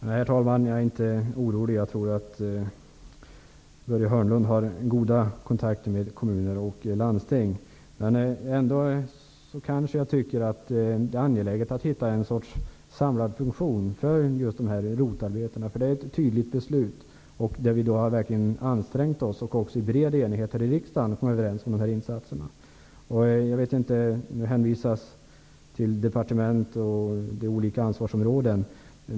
Herr talman! Jag är inte orolig, för jag tror att Börje Hörnlund har goda kontakter med kommuner och landsting. Ändå tycker jag nog att det är angeläget att hitta en sorts samlad funktion för just ROT-arbetena. Det finns ju ett tydligt beslut. Vi har verkligen ansträngt oss, och i bred enighet har vi här i riksdagen varit överens om beslutade insatser. Det hänvisas till departement och olika ansvarsområden.